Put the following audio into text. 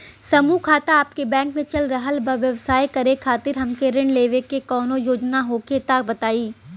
समूह खाता आपके बैंक मे चल रहल बा ब्यवसाय करे खातिर हमे ऋण लेवे के कौनो योजना होखे त बताई?